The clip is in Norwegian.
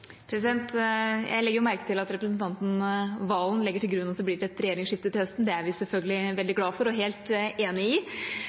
Valen legger til grunn at det blir et regjeringsskifte til høsten. Det er vi selvfølgelig veldig